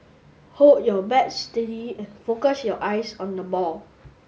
hold your bat steady and focus your eyes on the ball